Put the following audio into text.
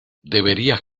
deberías